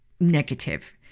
negative